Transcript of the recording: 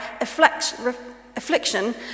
affliction